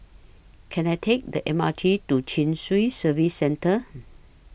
Can I Take The M R T to Chin Swee Service Centre